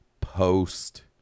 post